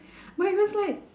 but it was like